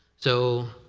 so